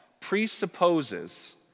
presupposes